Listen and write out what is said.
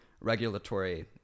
regulatory